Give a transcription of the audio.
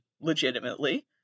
legitimately